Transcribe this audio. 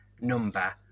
number